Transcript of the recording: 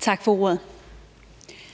Kl.